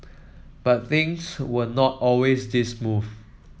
but things were not always this smooth